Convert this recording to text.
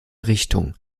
richtung